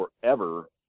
forever